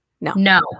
No